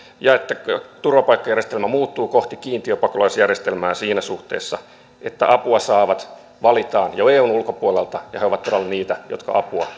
ja että turvapaikkajärjestelmä muuttuu kohti kiintiöpakolaisjärjestelmää siinä suhteessa että apua saavat valitaan jo eun ulkopuolelta ja he ovat todella niitä jotka apua